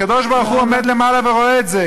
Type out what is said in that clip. הקדוש-ברוך-הוא עומד למעלה ורואה את זה.